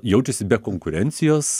jaučiasi be konkurencijos